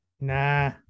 Nah